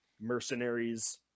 mercenaries